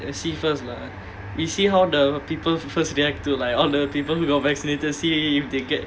see first lah we see how the people first react to like all the people who got vaccinated see if they get